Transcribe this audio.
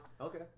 Okay